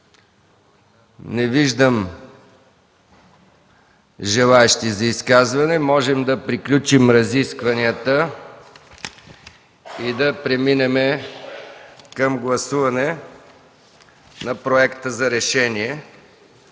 Не виждам желаещи за изказване. Можем да приключим разискванията и да преминем към гласуване на проекта за решение,